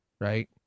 right